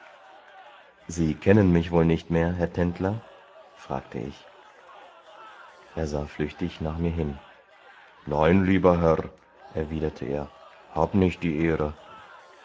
sie kennen mich wohl nicht mehr herr tendler fragte ich er sah flüchtig nach mir hin nein lieber herr erwiderte er hab nicht die ehre